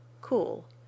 cool